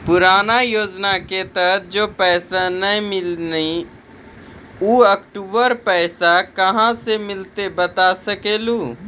पुराना योजना के तहत जे पैसा नै मिलनी ऊ अक्टूबर पैसा कहां से मिलते बता सके आलू हो?